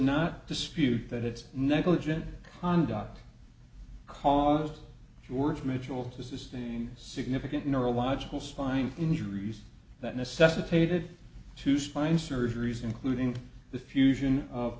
not dispute that it's negligent on dogg caused george mitchell to sustain significant neurological spine injuries that necessitated two spine surgeries including the fusion of